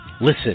Listen